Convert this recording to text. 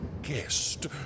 guest